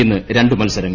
ഇന്ന് രണ്ട് മത്സരങ്ങൾ